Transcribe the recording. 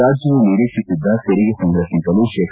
ರಾಜ್ಯವು ನಿರೀಕ್ಷಿಸಿದ್ದ ತೆರಿಗೆ ಸಂಗ್ರಹಕ್ಕಿಂತಲೂ ಶೇ